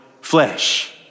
flesh